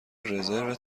رزرو